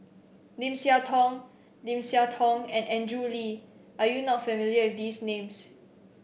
Lim Siah Tong Lim Siah Tong and Andrew Lee are you not familiar with these names